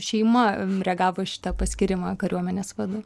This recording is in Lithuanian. šeima reagavo į šitą paskyrimą kariuomenės vadu